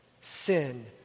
Sin